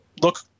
look